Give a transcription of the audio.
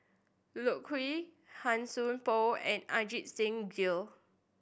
Loke Yew Han Sai Por and Ajit Singh Gill